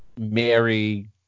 Mary